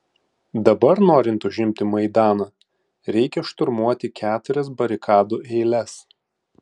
dabar norint užimti maidaną reikia šturmuoti keturias barikadų eiles